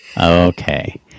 Okay